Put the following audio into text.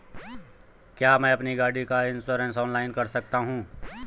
क्या मैं अपनी गाड़ी का इन्श्योरेंस ऑनलाइन कर सकता हूँ?